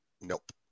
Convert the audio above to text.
Nope